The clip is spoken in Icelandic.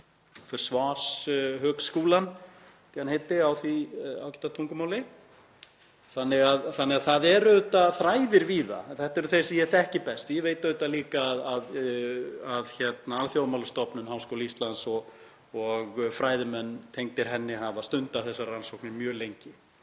Því eru auðvitað þræðir víða en þetta eru þeir sem ég þekki best. Ég veit auðvitað líka að Alþjóðamálastofnun Háskóla Íslands og fræðimenn tengdir henni hafa stundað þessar rannsóknir mjög lengi